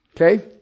Okay